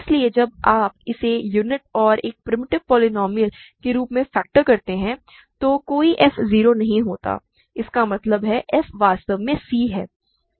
इसलिए जब आप इसे यूनिट और एक प्रिमिटिव पोलीनोमिअल के रूप में फैक्टर करते हैं तो कोई f 0 नहीं होता है इसका मतलब है f वास्तव में c है